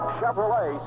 Chevrolet